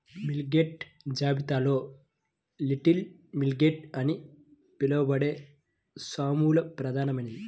millet జాబితాలో little millet అని పిలవబడే సామలు ప్రధానమైనది